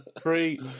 Three